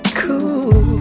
cool